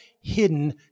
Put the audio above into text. hidden